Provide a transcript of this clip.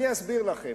אני אסביר לכם.